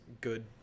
good